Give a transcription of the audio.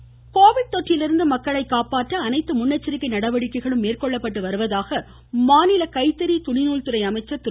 Gandhi covid தொற்றிலிருந்து மக்களை காப்பாற்ற அனைத்து முன்னெச்சரிக்கை நடவடிக்கைகளும் மேற்கொள்ளப்பட்டு வருவதாக மாநில கைத்தறி துணிநூல்துறை அமைச்சர் திரு